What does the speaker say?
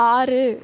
ஆறு